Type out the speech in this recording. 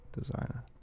designer